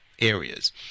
areas